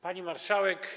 Pani Marszałek!